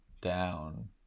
down